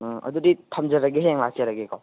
ꯎꯝ ꯑꯗꯨꯗꯤ ꯊꯝꯖꯔꯒꯦ ꯍꯌꯦꯡ ꯂꯥꯛꯆꯔꯒꯦꯀꯣ